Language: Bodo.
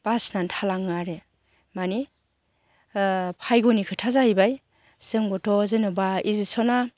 बासिनानै थालाङो आरो माने भायग'नि खोथा जाहैबाय जोंबोथ' जेन'बा इनजेकसना